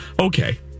Okay